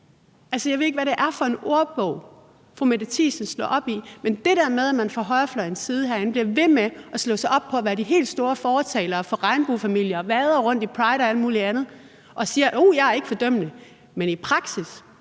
jeg ved ikke, hvad det er for en ordbog, fru Mette Thiesen slår op i. Men det der med, at man fra højrefløjens side herinde slår sig op på at være de helt store fortalere for regnbuefamilier og vader rundt til pride og alt muligt andet og siger, at man ikke er fordømmende, mens det i praksis